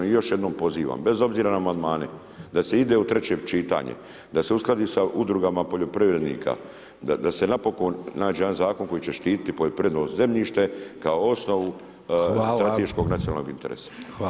I još jednom pozivam bez obzira na amandmane da se ide u treće čitanje, da se uskladi sa udrugama poljoprivrednika, da se napokon nađe jedan zakon koji će štititi poljoprivredno zemljište kao osnovu od strateškog nacionalnog interesa.